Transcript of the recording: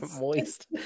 Moist